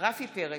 רפי פרץ,